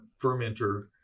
fermenter